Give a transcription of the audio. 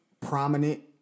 prominent